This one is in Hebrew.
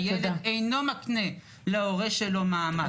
הילד אינו מקנה להורה שלו מעמד.